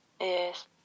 Yes